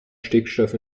stickstoff